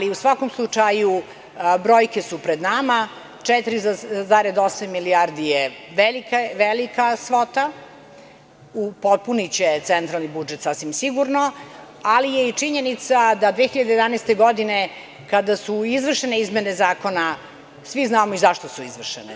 U svakom slučaju, brojke su pred nama, 4,8 milijardi je velika svota, upotpuniće centralni budžet sasvim sigurno, ali je i činjenica da 2011. godine, kada su izvršene izmene zakona, svi znamo i zašto su izvršene.